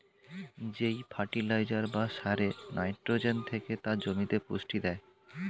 যেই ফার্টিলাইজার বা সারে নাইট্রোজেন থেকে তা জমিতে পুষ্টি দেয়